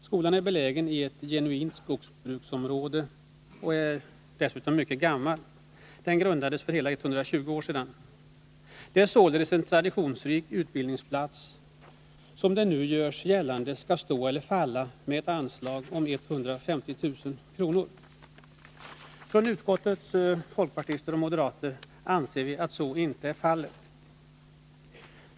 Skolan är belägen i ett genuint skogsbruksområde och är dessutom mycket gammal. Den grundades för hela 120 år sedan. Det är således en traditionsrik utbildningsplats, som i enlighet med vad som nu görs gällande skall stå eller falla med ett anslag om 150 000 kr. Utskottets folkpartister och moderater anser inte att så är fallet.